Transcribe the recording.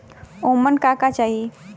ओमन का का चाही?